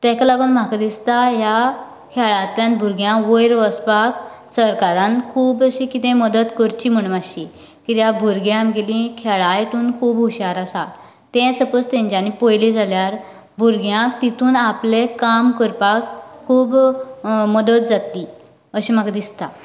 तेका लागोन म्हाका दिसता ह्या खेळांतल्यान भुरग्यांक वयर वचपाक सरकारान खूब अशी कितें मदत करची म्हणोन मात्शी कित्याक भुरगीं आमगेली खेळा हितूंत खूब हुशार आसात तें सपाॅज तेंच्यानी पळयलें जाल्यार भुरग्यांक तितूंत आपलें काम करपाक खूब मदत जातली अशें म्हाका दिसता